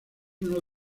uno